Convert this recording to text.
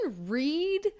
read